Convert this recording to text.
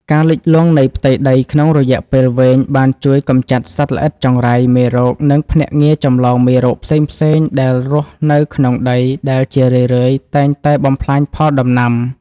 ការលិចលង់នៃផ្ទៃដីក្នុងរយៈពេលវែង បានជួយកម្ចាត់សត្វល្អិតចង្រៃ មេរោគ និងភ្នាក់ងារចម្លងរោគផ្សេងៗដែលរស់នៅក្នុងដី ដែលជារឿយៗតែងតែបំផ្លាញផលដំណាំ។